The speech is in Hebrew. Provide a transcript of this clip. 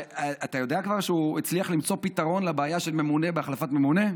אתה יודע כבר שהוא הצליח למצוא פתרון לבעיה של ממונה בהחלפת ממונה?